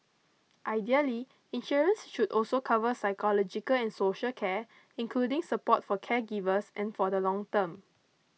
ideally insurance should also cover psychological and social care including support for caregivers and for the long term